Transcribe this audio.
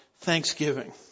thanksgiving